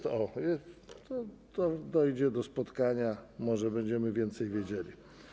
To dojdzie do spotkania, może będziemy więcej wiedzieli.